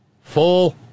full